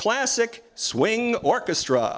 classic swing orchestra